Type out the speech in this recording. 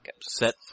set